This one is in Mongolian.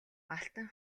алтан